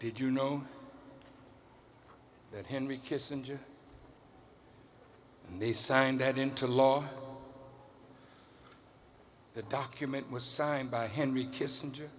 did you know that henry kissinger they signed that into law the document was signed by henry kissinger